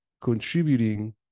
contributing